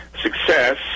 success